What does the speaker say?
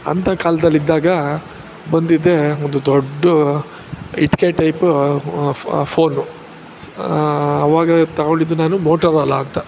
ಅಂಥ ಕಾಲದಲ್ಲಿದ್ದಾಗ ಬಂದಿದ್ದೆ ಒಂದು ದೊಡ್ಡ ಇಟ್ಟಿಗೆ ಟೈಪ ಫೋನು ಸ್ ಆವಾಗ ತೊಗೊಂಡಿದ್ದು ನಾನು ಮೊಟೊರೊಲಾ ಅಂತ